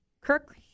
Kirk